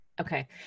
Okay